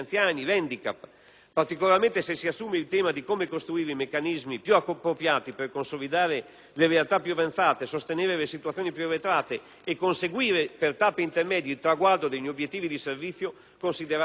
particolarmente, se si assume il tema di come costruire i meccanismi più appropriati per consolidare le realtà più avanzate e sostenere le situazioni più arretrate e conseguire per tappe intermedie il traguardo degli obiettivi di servizio considerati ottimali.